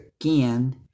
again